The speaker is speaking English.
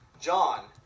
John